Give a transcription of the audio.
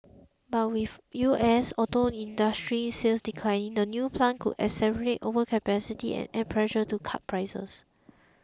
but with U S auto industry sales declining the new plant could exacerbate overcapacity and add pressure to cut prices